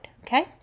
okay